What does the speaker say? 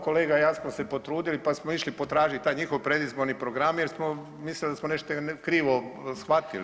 Kolega i ja smo se potrudili pa smo išli potražiti taj njihov predizborni program, jer smo mislili da smo nešto krivo shvatili.